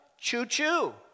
Choo-choo